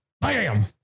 bam